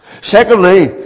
Secondly